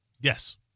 Yes